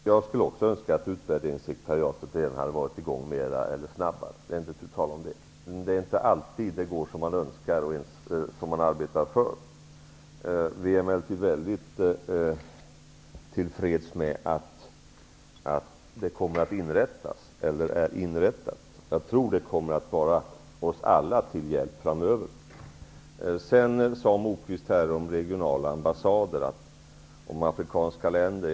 Herr talman! Också jag skulle önska att Utvärderingssekretariatet kom i gång snabbare. Det är inte tu tal om den saken. Men det inte alltid som det går som man önskar eller ens enligt arbetsinriktningen. Vi är emellertid väldigt nöjda med att sekretariatet är inrättat. Jag tror att det kommer att vara oss alla till hjälp framöver. Lars Moquist tog upp frågan om regionala ambassader när det gäller afrikanska länder.